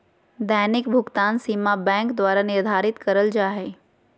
दैनिक भुकतान सीमा बैंक द्वारा निर्धारित करल जा हइ